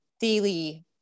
daily